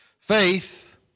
Faith